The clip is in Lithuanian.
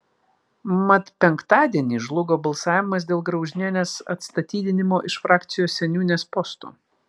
mat penktadienį žlugo balsavimas dėl graužinienės atstatydinimo iš frakcijos seniūnės posto